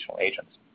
agents